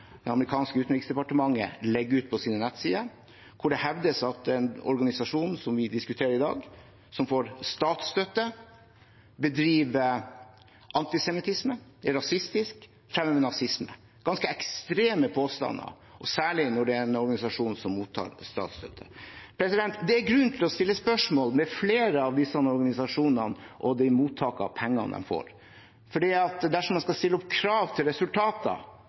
det amerikanske utenriksdepartementet legger ut på sine nettsider, der det hevdes at den organisasjonen vi diskuterer i dag, og som får statsstøtte, bedriver antisemittisme, er rasistisk og fremmer nazisme – ganske ekstreme påstander, og særlig når det er en organisasjon som mottar statsstøtte. Det er grunn til å stille spørsmål ved flere av disse organisasjonene og mottak av pengene de får. Dersom man skal stille krav til resultater,